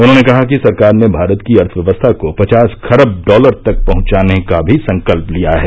उन्होंने कहा कि सरकार ने भारत की अर्थव्यवस्था को पचास खरब डॉलर तक पहंचाने का भी संकल्प लिया है